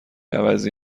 عوضی